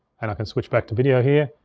and i can switch back to video here.